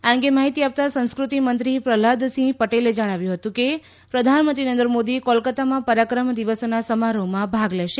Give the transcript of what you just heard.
આ અંગે માહિતી આપતાં સંસ્કૃતિ મંત્રી પ્રહલાદ સિંહ પટેલે જણાવ્યું હતું કે પ્રધાનમંત્રી નરેન્દ્ર મોદી કોલકાતામાં પરાક્રમ દિવસનાં સમારોહમાં ભાગ લેશે